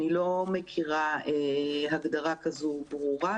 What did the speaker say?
אני לא מכירה הגדרה כזו ברורה,